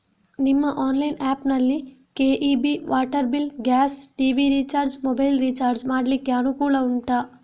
ನಿಮ್ಮ online app ನಲ್ಲಿ KEB, water bill, gas, TV recharge, mobile recharge ಮಾಡ್ಲಿಕ್ಕೆ ಅನುಕೂಲ ಉಂಟಾ